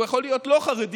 הוא יכול להיות לא חרדי,